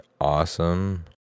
awesome